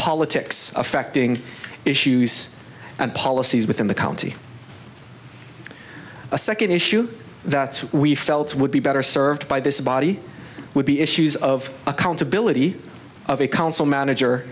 politics affecting issues and policies within the county a second issue that we felt would be better served by this body would be issues of accountability of a council manager